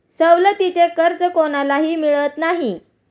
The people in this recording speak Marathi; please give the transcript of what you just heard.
सवलतीचे कर्ज कोणालाही मिळत नाही